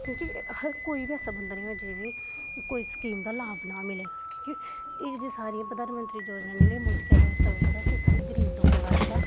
क्योंकि हर कोई बी ऐसा बंदा नेईं हो जेह्दी कोई स्कीम दा लाभ नां मिलै एह् जेह्ड़ी प्रधानमंत्री दियां योजना मिले मोदी एह् तां कड्ढा दा गरीबें आस्तै